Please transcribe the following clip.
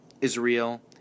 Israel